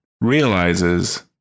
realizes